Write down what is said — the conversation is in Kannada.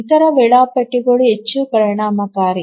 ಇತರ ವೇಳಾಪಟ್ಟಿಗಳು ಹೆಚ್ಚು ಪರಿಣಾಮಕಾರಿ